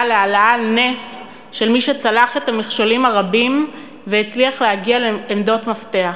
להעלאה על נס של מי שצלח את המכשולים הרבים והצליח להגיע לעמדות מפתח.